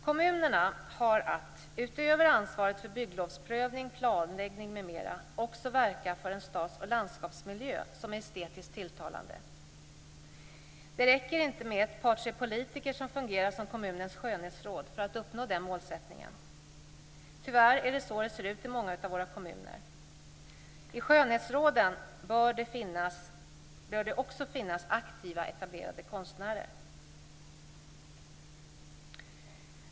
Kommunerna har att utöver ansvaret för bygglovsprövning, planläggning m.m. också verka för en stads och landskapsmiljö som är estetiskt tilltalande. Det räcker inte att ett par eller tre politiker fungerar som kommunens skönhetsråd för att uppnå den målsättningen. Tyvärr är det så det ser ut i många av våra kommuner. I skönhetsråden bör det också finnas aktiva eteblerade konstnärer.